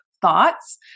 thoughts